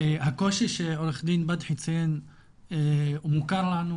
הקושי שעורך דין בדחי ציין הוא מוכר לנו,